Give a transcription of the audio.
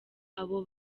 abo